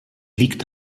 liegt